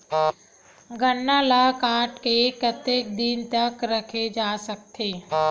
गन्ना ल काट के कतेक दिन तक रखे जा सकथे?